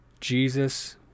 Jesus